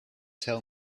tell